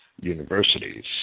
universities